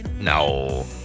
No